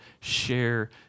share